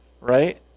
right